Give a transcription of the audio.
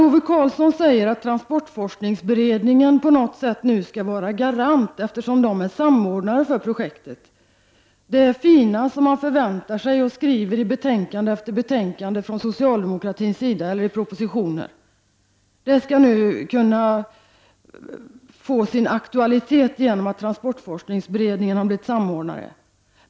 Ove Karlsson säger att transportforskningsberedningen på något sätt skall vara garant, eftersom den är samordnare för projektet. Det fina som man från socialdemokratins sida förväntar sig och beskriver i betänkande efter betänkande och i propositioner skall nu kunna få sin aktualitet genom att transportforskningsberedningen har blivit samordnare.